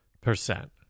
percent